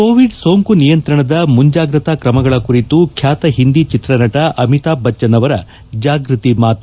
Covid ಸೋಂಕು ನಿಯಂತ್ರಣದ ಮುಂಜಾಗ್ರತಾ ತ್ರಮಗಳ ಕುರಿತು ಖ್ಲಾತ ಹಿಂದಿ ಚಿತ್ರನಟ ಅಮಿತಾಬ್ ಬಚ್ಚನ್ ಅವರ ಜಾಗೃತಿ ಮಾತು